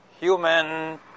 human